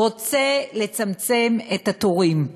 רוצה לצמצם את התורים.